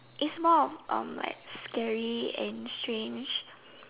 if more of my scary and strange